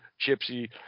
gypsy